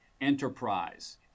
enterprise